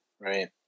Right